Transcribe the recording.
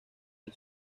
del